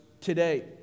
today